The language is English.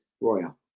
royal